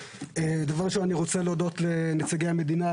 דבר ראשון אני רוצה להודות לנציגי המדינה,